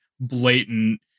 blatant